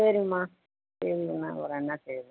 சரிம்மா சரிங்கம்மா ஒரு செய்கிறேன்